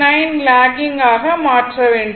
95 lagging ஆக மாற்ற வேண்டும்